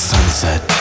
Sunset